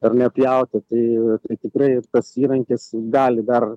ar ne pjauti tai tikrai tas įrankis gali dar